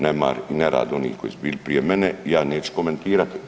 Nemar i nerad onih koji su bili prije mene ja neću komentirati.